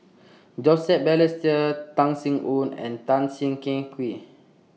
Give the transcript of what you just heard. Joseph Balestier Tan Sin Aun and Tan Siah Kwee